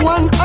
One